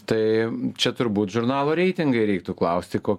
tai čia turbūt žurnalo reitingai reiktų klausti ko